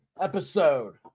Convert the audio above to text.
episode